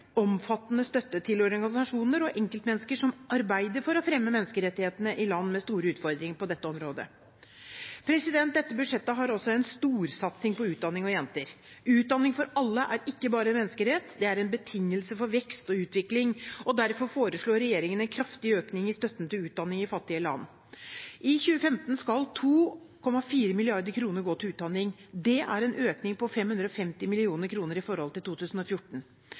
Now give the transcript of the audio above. omfattende støtte til organisasjoner og enkeltmennesker som arbeider for å fremme menneskerettighetene i land med store utfordringer på dette området. Dette budsjettet har også en storsatsing på utdanning og jenter. Utdanning for alle er ikke bare en menneskerett, det er en betingelse for vekst og utvikling. Derfor foreslår regjeringen en kraftig økning i støtten til utdanning i fattige land. I 2015 skal 2,4 mrd. kr gå til utdanning. Det er en økning på 550 mill. kr i forhold til 2014.